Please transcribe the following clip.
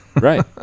Right